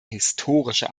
historische